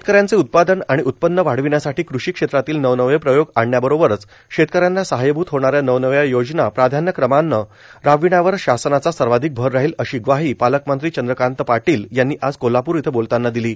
शेतकऱ्यांचे उत्पादन आर्गण उत्पन्न वार्ढावण्यासाठी र्काष क्षेत्रातील नवनवे प्रयोग आणण्याबरोबरच शेतकऱ्यांना सहाय्यभूत होणाऱ्या नवनव्या योजना प्राधान्यक्रमानं रार्बावण्यावर शासनाचा सर्वाधिक भर राहिल अशी ग्वाहों पालकमंत्री चंद्रकांत पाटोल यांनी आज कोल्हापूर इथं बोलतांना दिलो